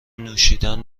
نوشیدن